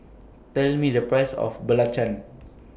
Tell Me The Price of Belacan